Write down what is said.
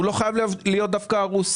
הנכס לא חייב להיות דווקא הרוס.